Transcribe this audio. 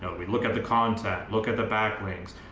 ah we'd look at the content, look at the back links.